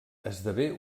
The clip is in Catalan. esdevé